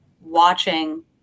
watching